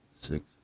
six